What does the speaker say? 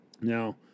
Now